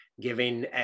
Giving